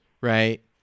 Right